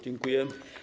Dziękuję.